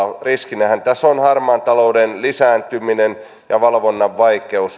riskinähän tässä on harmaan talouden lisääntyminen ja valvonnan vaikeus